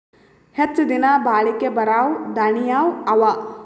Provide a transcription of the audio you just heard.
ಹೆಚ್ಚ ದಿನಾ ಬಾಳಿಕೆ ಬರಾವ ದಾಣಿಯಾವ ಅವಾ?